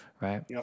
right